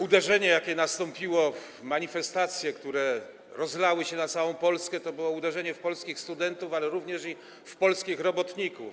Uderzenie, jakie nastąpiło, manifestacje, które rozlały się na całą Polskę, to było uderzenie w polskich studentów, ale również w polskich robotników.